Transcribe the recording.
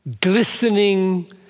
glistening